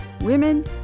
women